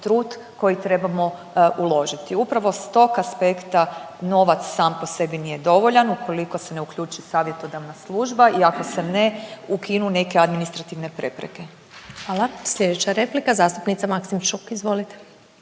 trud koji trebamo uložiti. I upravo s tog aspekta novac sam po sebi nije dovoljan ukoliko se ne uključi savjetodavna služba i ako se ne ukinu neke administrativne prepreke. **Glasovac, Sabina (SDP)** Hvala. Sljedeća replika zastupnica Maksimčuk. Izvolite.